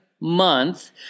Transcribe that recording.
month